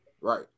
Right